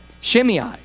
Shimei